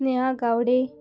Sneha Gawade